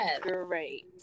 Great